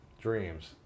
dreams